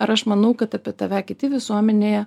ar aš manau kad apie tave kiti visuomenėje